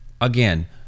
again